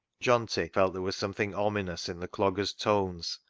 johnty felt there was something ominous in the dogger's tones,